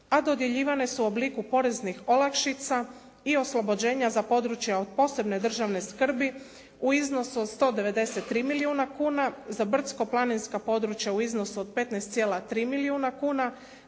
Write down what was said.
a dodjeljivane su u obliku poreznih olakšica i oslobođenja za područja od posebne državne skrbi u iznosu od 193 milijuna kuna, za brdsko-planinska područja u iznosu od 15,3 milijuna kuna,